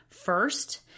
first